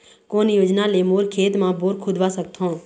कोन योजना ले मोर खेत मा बोर खुदवा सकथों?